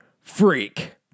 Freak